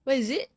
what is it